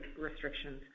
restrictions